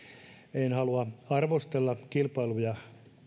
en halua arvostella kilpailu ja